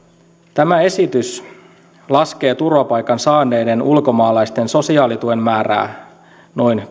tämä esitys laskee turvapaikan saaneiden ulkomaalaisten sosiaalituen määrää noin